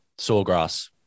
Sawgrass